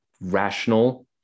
rational